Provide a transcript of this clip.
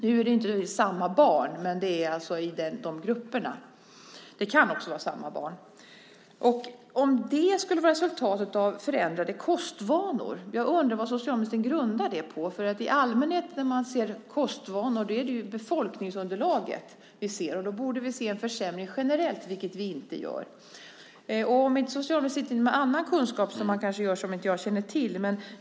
Det är inte samma barn, men det är alltså barn i de grupperna. Det kan också vara samma barn. Skulle det vara resultatet av förändrade kostvanor? Jag undrar vad socialministern grundar det på. I allmänhet när man ser på kostvanor är det befolkningsunderlaget man ser på, och då borde vi se en försämring generellt, vilket vi inte gör. Men socialministern kanske sitter med annan kunskap som jag inte känner till.